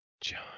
John